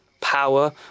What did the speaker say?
power